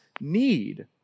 need